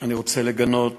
אני רוצה לגנות